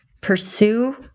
pursue